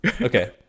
Okay